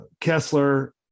Kessler